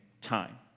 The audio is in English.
time